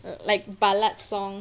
like ballad song